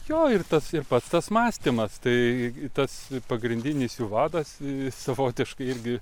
jo ir tas ir pats tas mąstymas tai tas pagrindinis jų vadas savotiškai irgi